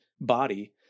body